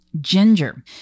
Ginger